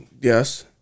yes